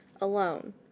alone